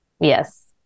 Yes